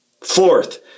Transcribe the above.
Fourth